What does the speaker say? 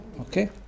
Okay